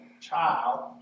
child